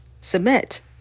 submit